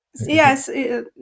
Yes